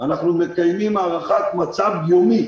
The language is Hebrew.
אנחנו מקיימים הערכת מצב יומית